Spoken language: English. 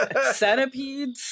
Centipedes